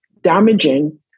damaging